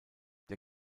der